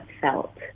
felt